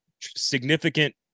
significant